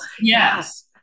Yes